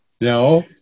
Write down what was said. No